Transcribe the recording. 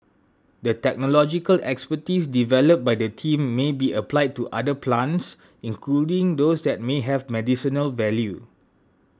the technological expertise developed by the team may be applied to other plants including those that may have medicinal value